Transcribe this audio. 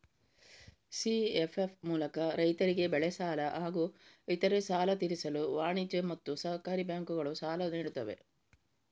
CFF ಮೂಲಕ ರೈತರಿಗೆ ಬೆಳೆ ಸಾಲ ಹಾಗೂ ಇತರೆ ಸಾಲ ತೀರಿಸಲು ವಾಣಿಜ್ಯ ಮತ್ತು ಸಹಕಾರಿ ಬ್ಯಾಂಕುಗಳು ಸಾಲ ನೀಡುತ್ತವೆ